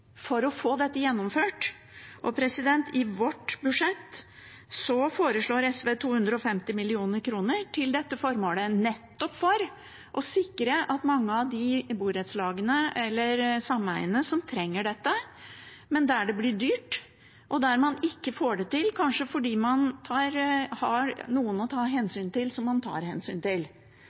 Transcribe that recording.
for å få dette gjennomført. I vårt budsjett foreslår SV 250 mill. kr til dette formålet, nettopp for å sikre mange av de borettslagene eller sameiene som trenger dette, men der det blir dyrt, og der man ikke får det til, kanskje fordi man har noen å ta hensyn til, som man tar hensyn til.